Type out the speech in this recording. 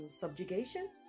subjugation